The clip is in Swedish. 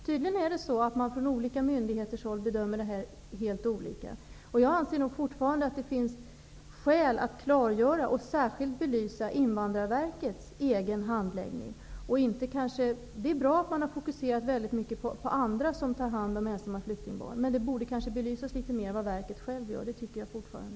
Tydligen gör man på olika myndigheter helt olika bedömningar. Jag anser fortfarande att det finns skäl att klargöra och särskilt belysa Invandrarverkets egen handläggning. Det är bra att man har fokuserat väldigt mycket på andra som tar hand om ensamma flyktingbarn, men vad man gör på Invandrarverket borde kanske belysas litet bättre. Det tycker jag fortfarande.